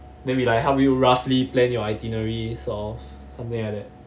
then we like help you roughly plan your itinerary sort of something like that